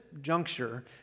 juncture